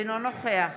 אינו נוכח